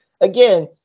again